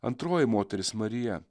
antroji moteris marija